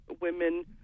women